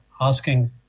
asking